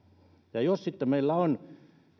ja jos sitten meillä on